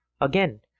Again